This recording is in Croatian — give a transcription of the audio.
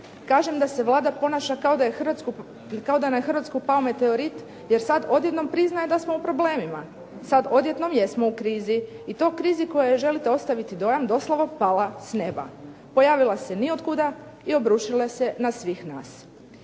Kažem da se Vlada ponaša kao da je na Hrvatsku pao meteorit, jer sad odjednom priznaje da smo u problemima. Sad odjednom jesmo u krizi i to krizi u kojoj želite ostaviti dojam doslovno pala s neba. Pojavila se ni od kuda i obrušila se na svih nas.